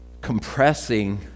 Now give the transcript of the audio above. compressing